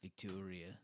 Victoria